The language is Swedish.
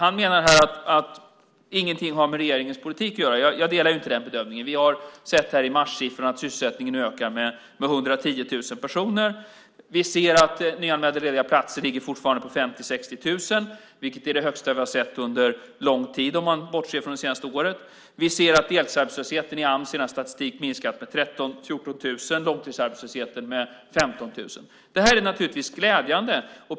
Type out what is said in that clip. Han menar här att ingenting har med regeringens politik att göra. Jag delar inte den bedömningen. I marssiffrorna såg vi att sysselsättningen ökade med 110 000 personer. Vi ser att antalet nyanmälda lediga platser fortfarande ligger på 50 000-60 000, vilket är det största antalet vi har sett under lång tid om man bortser från det senaste året. Vi ser att deltidsarbetslösheten i Ams senaste statistik minskat med 13 000-14 000 och långtidsarbetslösheten med 15 000. Det här är naturligtvis glädjande.